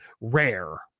rare